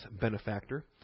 benefactor